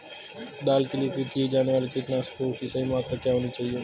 दाल के लिए उपयोग किए जाने वाले कीटनाशकों की सही मात्रा क्या होनी चाहिए?